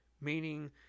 meaning